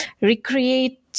recreate